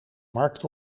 markt